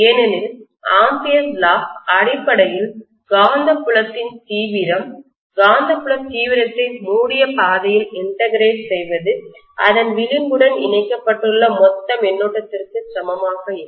ஏனெனில் Ampere's law அடிப்படையில் காந்தப்புலத்தின் தீவிரம் காந்த புலம் தீவிரத்தை மூடிய பாதையில் இன்டகிரேட்ஒருங்கிணைப்பு செய்வது அதன் விளிம்புடன் இணைக்கப்பட்டுள்ள மொத்த மின்னோட்டத்திற்கு சமமாக இருக்கும்